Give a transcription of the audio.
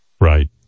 Right